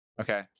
Okay